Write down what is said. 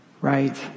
Right